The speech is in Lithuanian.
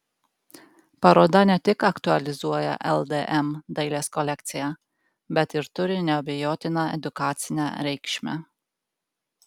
paroda ne tik aktualizuoja ldm dailės kolekciją bet ir turi neabejotiną edukacinę reikšmę